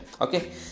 okay